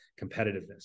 competitiveness